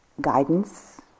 guidance